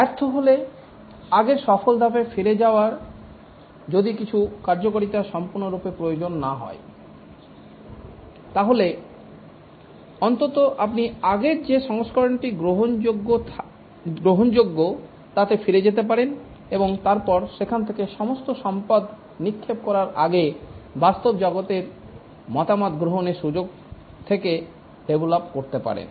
ব্যর্থ হলে আগের সফল ধাপে ফিরে যাওয়ায় যদি কিছু কার্যকারিতা সম্পূর্ণরূপে প্রয়োজন না হয় তাহলে অন্তত আপনি আগের যে সংস্করণটি গ্রহণযোগ্য তাতে ফিরে যেতে পারেন এবং তারপর সেখান থেকে সমস্ত সম্পদ নিক্ষেপ করার আগে বাস্তব জগতের মতামত গ্রহণের সুযোগ থেকে ডেভলপ করতে পারেন